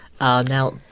Now